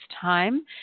time